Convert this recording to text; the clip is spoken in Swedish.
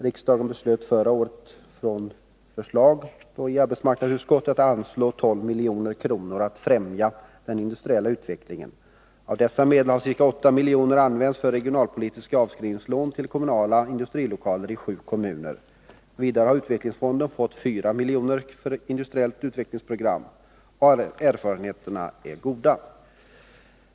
Riksdagen beslöt förra året efter förslag från arbetsmarknadsutskottet att anslå 12 milj.kr. för att främja den industriella utvecklingen. Av dessa medel har ca 8 milj.kr. använts för regionalpolitiska avskrivningslån till kommunala industrilokaler i sju kommuner. Vidare har utvecklingsfonden fått 4 milj.kr. för ett industriellt utvecklingsprogram. Erfarenheterna är goda.